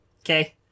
Okay